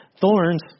thorns